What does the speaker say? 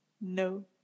No